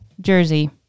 jersey